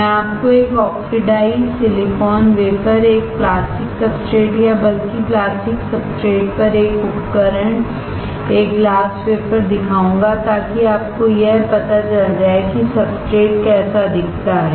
मैं आपको एक ऑक्सीडाइज्ड सिलिकॉन वेफर एक प्लास्टिक सब्सट्रेट या बल्कि प्लास्टिक सब्सट्रेट पर एक उपकरण एक ग्लास वेफरदिखाऊंगा ताकि आपको यह पता चल जाए कि सब्सट्रेट कैसा दिखता है